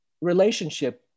relationship